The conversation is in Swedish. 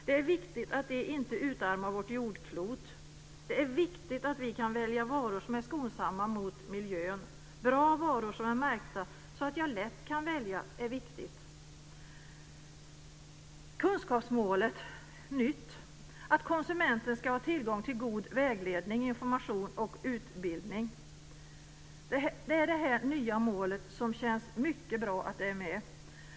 Det är viktigt att de inte utarmar vårt jordklot. Det är viktigt att vi kan välja varor som är skonsamma mot miljön, bra varor som är märkta, så att jag lätt kan välja är viktigt. Kunskapsmålet innebär att konsumenten ska ha tillgång till god vägledning, information och utbildning. Det är det nya målet, och det känns mycket bra att det är med.